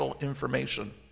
information